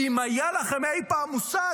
ואם היה לכם אי פעם מושג,